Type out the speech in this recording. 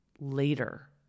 later